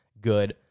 good